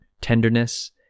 tenderness